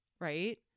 Right